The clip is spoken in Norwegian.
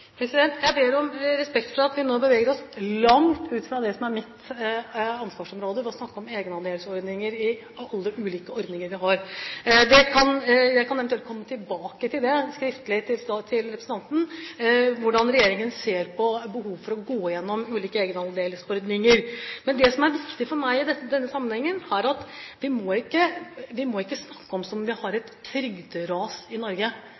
Jeg ber om respekt for at vi nå beveger oss langt bort fra det som er mitt ansvarsområde – ved å snakke om egenandelsordninger og alle ulike ordninger vi har. Jeg kan eventuelt skriftlig komme tilbake til representanten med hensyn til hvordan regjeringen ser på behovet for å gå gjennom ulike egenandelsordninger. Det som er viktig for meg i denne sammenhengen, er at vi ikke må snakke som om vi har et trygderas i Norge.